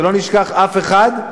שלא נשכח אף אחד.